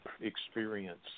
experience